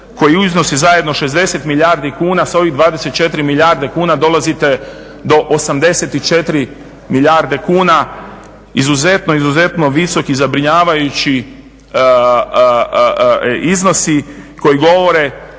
koji iznosi zajedno 60 milijardi kuna sa ovih 24 milijardi kuna dolazite do 84 milijarde kuna. Izuzetno, izuzetno visok i zabrinjavajući iznosi koji govore